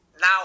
now